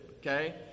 Okay